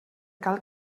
cal